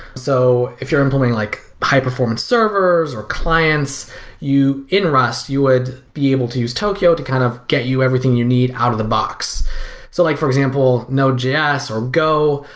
so if you're implementing like high performance servers or clients in rust, you would be able to use tokio to kind of get you everything you need out of the box so like for example, no js or go.